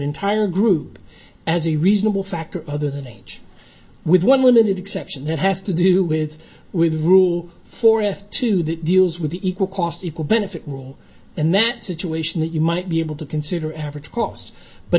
entire group as a reasonable factor other than age with one limited exception that has to do with with rule four f two that deals with the equal cost benefit rule and that situation that you might be able to consider average cost but